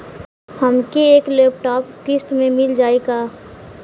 हमके एक लैपटॉप किस्त मे मिल जाई का?